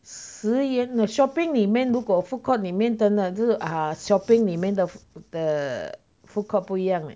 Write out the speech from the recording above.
茨园的 shopping 里面如果 foodcourt 里面的真的只有 err shopping 里面的的 foodcourt 不一样 leh